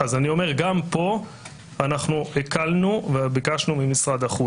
אני אומר שגם פה הקלנו וביקשנו ממשרד החוץ